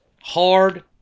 hard